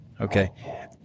Okay